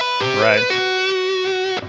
Right